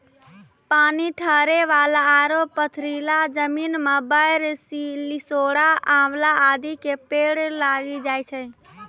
पानी ठहरै वाला आरो पथरीला जमीन मॅ बेर, लिसोड़ा, आंवला आदि के पेड़ लागी जाय छै